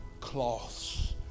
cloths